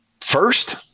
first